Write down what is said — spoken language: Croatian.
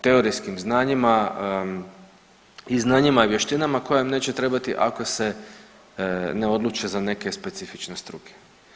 Teorijskim znanjima, i znanjima i vještinama koje im neće trebati ako se ne odluče za neke specifične struke.